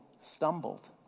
stumbled